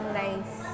nice